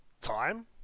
time